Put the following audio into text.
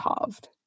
halved